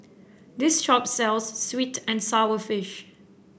this shop sells sweet and sour fish